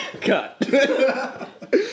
Cut